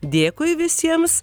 dėkui visiems